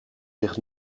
zich